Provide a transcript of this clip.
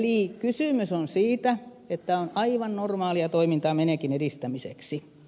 eli kysymys on siitä että on aivan normaalia toimintaa menekin edistämiseksi